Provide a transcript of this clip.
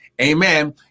Amen